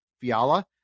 Fiala